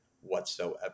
whatsoever